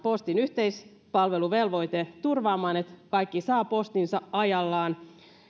postin yhteispalveluvelvoitteen turvaamaan että kaikki saavat postinsa ajallaan